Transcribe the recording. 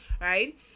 right